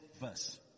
verse